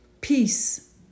peace